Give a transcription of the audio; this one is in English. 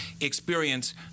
experience